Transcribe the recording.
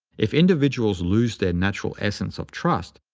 if individuals lose their natural essence of trust,